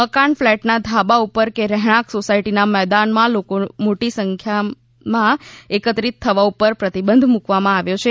મકાન ફ્લેટના ધાબા ઉપર કે રહેણાંક સોસાયટીના મેદાનમાં લોકોના મોટી સંખ્યાના એકત્રિત થવા પર પ્રતિબંધ મુકવામાં આવ્યો છે